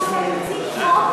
חבר הכנסת רותם הציג חוק,